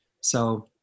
So-